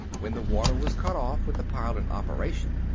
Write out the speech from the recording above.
when the water was cut off with the pile in operation,